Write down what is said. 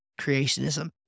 creationism